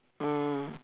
mm